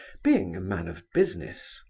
being a man of business.